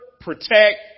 protect